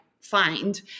find